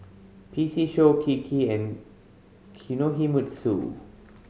P C Show Kiki and Kinohimitsu